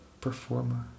performer